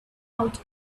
out